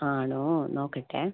ആണോ നോക്കട്ടെ